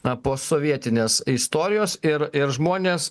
na posovietinės istorijos ir ir žmonės